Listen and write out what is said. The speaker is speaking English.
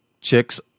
chicks